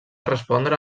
respondre